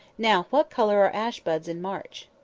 now, what colour are ash-buds in march?